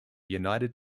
united